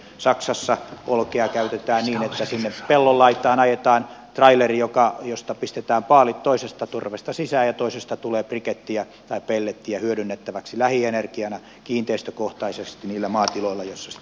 saksassa olkea käytetään niin että sinne pellon laitaan ajetaan traileri johon pistetään paalit toisesta torvesta sisään ja josta toisesta tulee brikettiä tai pellettiä hyödynnettäväksi lähienergiana kiinteistökohtaisesti niillä maatiloilla missä sitä olkea muodostuu